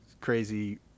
crazy